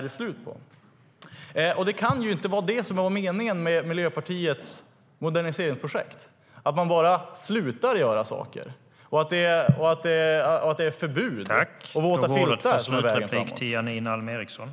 Det kan inte vara det som var meningen med Miljöpartiets moderniseringsprojekt - att man bara slutar göra saker och att det är förbud och våta filtar som är vägen framåt.